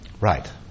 Right